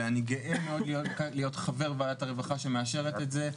ואני גאה להיות חבר ועדת הרווחה שמאשרת את זה.